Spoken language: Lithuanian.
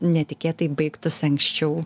netikėtai baigtųs anksčiau